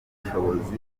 ubushobozi